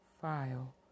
file